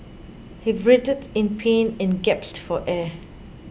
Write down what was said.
he writhed in pain and gasped for air